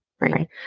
right